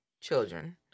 children